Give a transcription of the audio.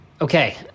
Okay